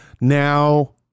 Now